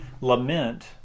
lament